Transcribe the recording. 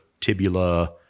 Tibula